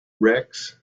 wrecks